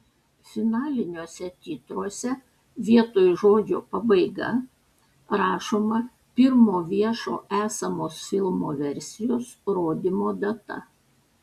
finaliniuose titruose vietoj žodžio pabaiga rašoma pirmo viešo esamos filmo versijos rodymo data